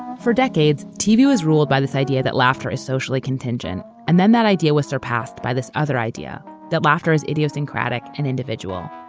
for decades, tv was ruled by this idea that laughter is socially contingent and then that idea was surpassed by this other idea that laughter is idiosyncratic and individual.